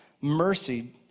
mercy